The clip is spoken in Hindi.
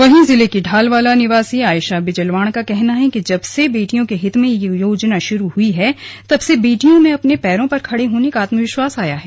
वहीं जिले की ढालवाला निवासी आयषा बिजल्वाण का कहना है कि जब से बेटियों के हित में यह योजना शुरू हुई है तब से बेटियों में अपने पैरों पर खडे होने का आत्मविश्वास आया है